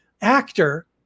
actor